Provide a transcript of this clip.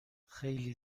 خیلی